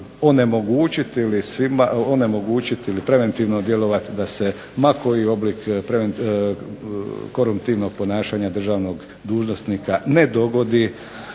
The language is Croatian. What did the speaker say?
onemogućiti ili preventivno djelovati da se ma koji oblik korumptivnog ponašanja državnog dužnosnika ne dogodi,